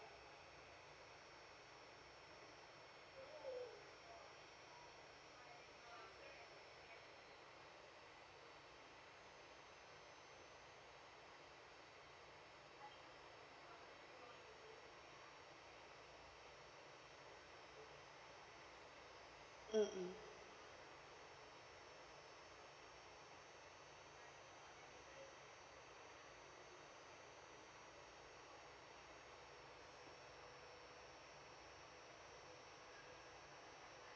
mm mm